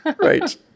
Right